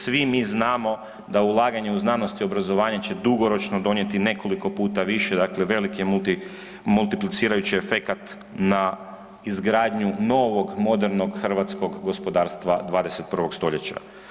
Svi mi znamo da ulaganje u znanost i obrazovanje će dugoročno donijeti nekoliko puta više dakle velike multi, multiplicirajući efekat na izgradnju novog modernog hrvatskog gospodarstva 21. stoljeća.